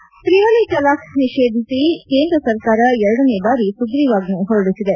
head ತ್ರಿವಳಿ ತಲಾಖ್ ನಿಷೇಧಿಸಿ ಕೇಂದ್ರ ಸರ್ಕಾರ ಎರಡನೇ ಬಾರಿ ಸುಗ್ರಿವಾಜ್ಞೆ ಹೊರಡಿಸಿದೆ